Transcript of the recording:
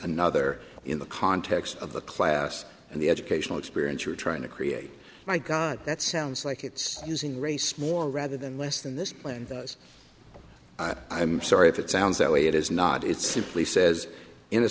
another in the context of the class and the educational experience you're trying to create my god that sounds like it's using race more rather than less than this plan does i'm sorry if it sounds that way it is not it simply says in a